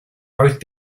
both